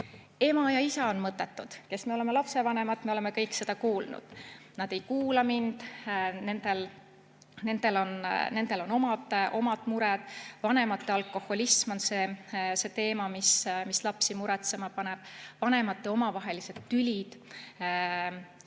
"Ema ja isa on mõttetud." Kes me oleme lapsevanemad, me oleme kõik seda kuulnud. "Nad ei kuula mind. Nendel on omad mured." Vanemate alkoholism on see teema, mis lapsi muretsema paneb. Vanemate omavahelised tülid